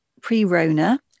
Pre-Rona